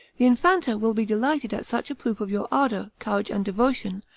the infanta will be delighted at such a proof of your ardor, courage, and devotion,